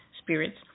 spirits